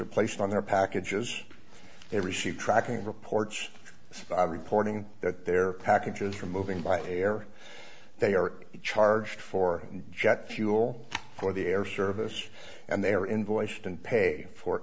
are placed on their packages they receive tracking reports by reporting that their packages are moving by air they are charged for jet fuel for the air service and they are invoiced and pay for